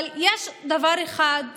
אבל יש דבר אחד ברור,